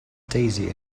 daisy